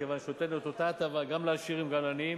מכיוון שהוא נותן את אותה הטבה גם לעשירים וגם לעניים,